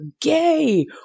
gay